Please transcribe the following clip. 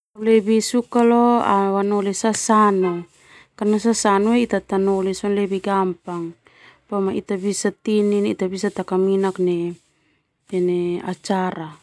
Au lebih suka leo anoli sasanu karna lebih gampang ita bisa taka minak ini acara.